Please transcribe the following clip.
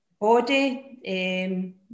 body